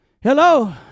Hello